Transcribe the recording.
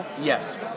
yes